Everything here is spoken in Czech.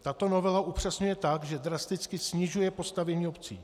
Tato novela upřesňuje tak, že drasticky snižuje postavení obcí.